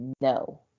no